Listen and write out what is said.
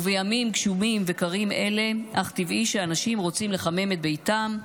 ובימים גשומים וקרים אלה אך טבעי שאנשים רוצים לחמם את ביתם,